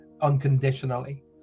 unconditionally